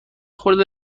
خورده